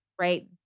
right